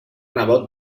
nebot